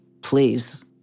Please